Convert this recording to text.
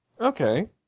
Okay